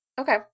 Okay